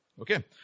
Okay